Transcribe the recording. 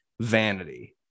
vanity